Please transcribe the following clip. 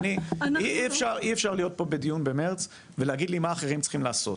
אי אפשר להיות פה בדיון במרץ ולהגיד לי מה אחרים צריכים לעשות.